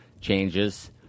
changes